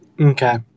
Okay